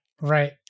Right